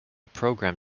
program